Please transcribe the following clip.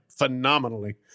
phenomenally